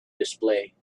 display